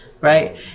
right